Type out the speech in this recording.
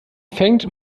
fängt